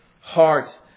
heart